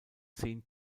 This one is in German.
zehn